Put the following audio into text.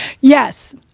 yes